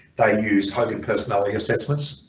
they use hogan personality assessments,